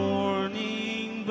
Morning